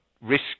risk